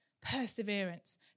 perseverance